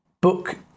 book